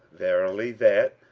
verily that,